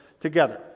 together